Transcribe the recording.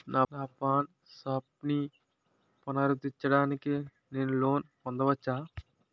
నా పాన్ షాప్ని పునరుద్ధరించడానికి నేను లోన్ పొందవచ్చా?